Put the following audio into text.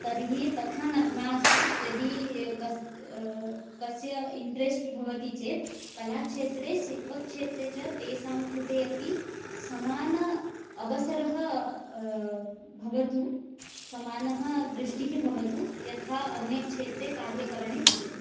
तर्हि तथा न मास्तु यदि कस् कस्य इण्ट्रेस्ट् भवति चेत् कलाक्षेत्रे शिल्पक्षेत्रे च तेषां कृते अपि समान अवसरः भवतु समाना दृष्टिः भवतु यथा अन्यत् क्षेत्रे कार्यकरणे भवति